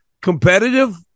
competitive